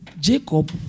Jacob